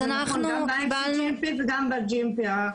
תודה על הדברים.